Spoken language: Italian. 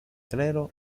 clero